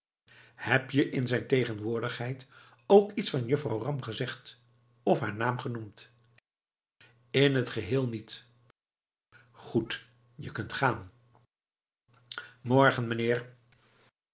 heb je in zijn tegenwoordigheid ook iets van juffrouw ram gezegd of haar naam genoemd in t geheel niet goed je kunt gaan morgen meneer